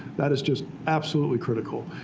that is just absolutely critical.